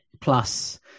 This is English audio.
Plus